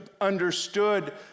understood